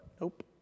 nope